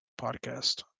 podcast